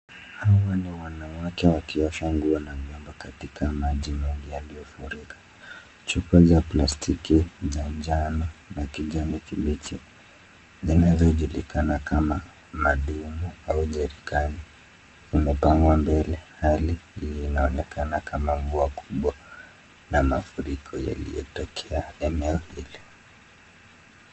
Hawa ni wanawake wakiosha nguo na ndoo katika kati maji mengi yalio furika, chupa za plastiki za njano na kijani kibichi zinazo julikana kama madimu au jerikani yamepangwa mbele, hali hii ina shiria mafuriko yalio tokea eneo hili.